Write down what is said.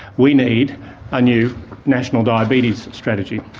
we need a new national diabetes strategy.